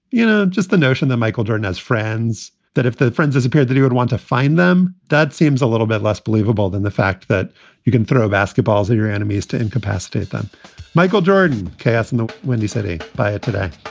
you know, just the notion that michael jordan has friends, that if the friends disappeared, that he would want to find them. that seems a little bit less believable than the fact that you can throw basketballs at your enemies to incapacitate them michael jordan carson, the windy city fire ah today.